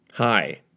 Hi